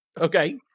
okay